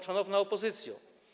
Szanowna Opozycjo!